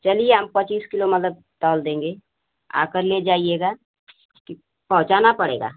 चलिए हम पच्चीस किलो मतलब तोल देंगे आकर ले जाइएगा कि पहुँचाना पड़ेगा